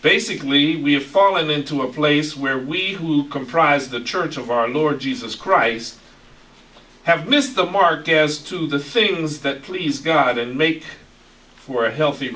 basically we have fallen into a place where we who comprise the church of our lord jesus christ have missed the mark as to the things that please god and make for a healthy